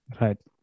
Right